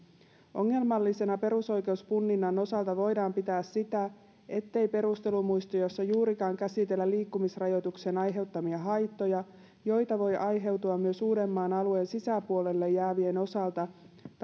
ongelmallisena perusoikeuspunninnan osalta voidaan pitää sitä ettei perustelumuistiossa juurikaan käsitellä liikkumisrajoituksen aiheuttamia haittoja joita voi aiheutua myös uudenmaan alueen sisäpuolelle jäävien osalta